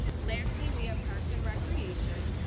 lastly, we have parks and recreation,